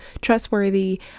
trustworthy